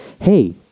hey